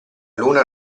luna